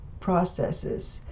processes